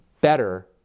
better